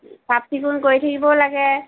চাফ চিকুণ কৰি থাকিবও লাগে